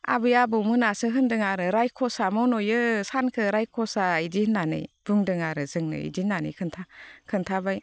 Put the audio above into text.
आबै आबौमोनासो होन्दों आरो रायख'सा मन'यो सानखौ रायख'सा बिदि होननानै बुंदों आरो जोंनो बिदि होननानै खोन्थाबाय